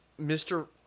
Mr